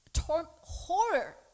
horror